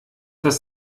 das